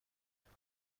واسه